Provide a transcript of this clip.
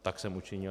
Tak jsem učinil.